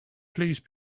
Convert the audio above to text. please